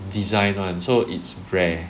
design [one] so it's rare